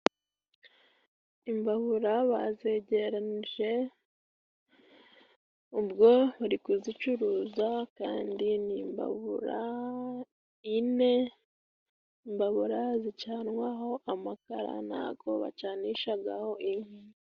Imbabura bazegeranije ubwo bari kuzicuruza kandi ni imbabura ine ;imbabura zicanwaho amakara ntago bacanishagaho inkwi.